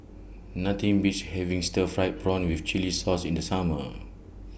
Nothing Beats having Stir Fried Prawn with Chili Sauce in The Summer